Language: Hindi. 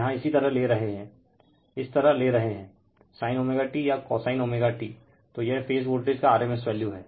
यहाँ इसी तरह ले रहे हैं इस तरह ले रहे हैंरिफर टाइम 1414 sin ωt या cosine ωt तो यह फेज वोल्टेज का rms वैल्यू है